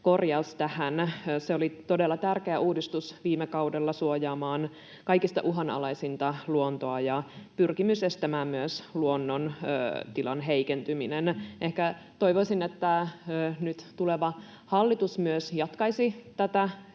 se oli todella tärkeä uudistus viime kaudella suojaamaan kaikista uhanalaisinta luontoa ja pyrkimys estää myös luonnon tilan heikentyminen. Ehkä toivoisin, että nyt tuleva hallitus myös jatkaisi tätä työtä.